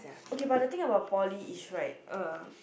okay but the thing about poly is right uh